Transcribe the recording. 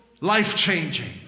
life-changing